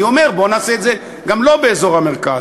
אני אומר: בואו נעשה את זה גם לא באזור המרכז.